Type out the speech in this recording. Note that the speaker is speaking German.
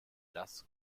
das